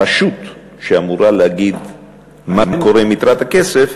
הרשות שאמורה להגיד מה קורה עם יתרת הכסף,